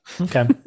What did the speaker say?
okay